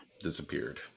Disappeared